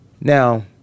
Now